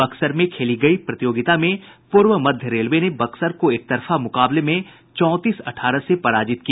बक्सर में खेली गयी प्रतियोगिता में पूर्व मध्य रेलवे ने बक्सर को एकतरफा मुकाबले में चौंतीस अठारह से पराजित किया